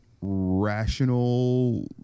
rational